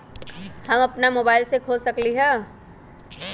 हम अपना मोबाइल से खोल सकली ह?